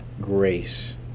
Grace